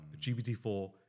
GPT-4